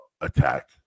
attack